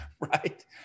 right